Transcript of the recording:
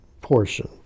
portion